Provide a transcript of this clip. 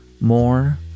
more